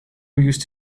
used